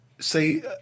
say